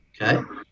Okay